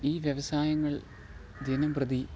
ഈ വ്യവസായങ്ങള് ദിനം പ്രതി